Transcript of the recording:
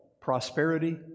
prosperity